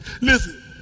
Listen